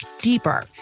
deeper